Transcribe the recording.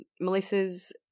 Melissa's